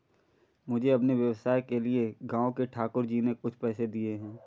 मुझे अपने व्यवसाय के लिए गांव के ठाकुर जी ने कुछ पैसे दिए हैं